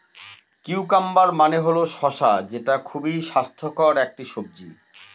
cucumber মানে হল শসা যেটা খুবই স্বাস্থ্যকর একটি সবজি